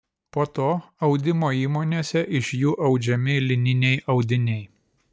po to audimo įmonėse iš jų audžiami lininiai audiniai